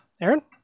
Aaron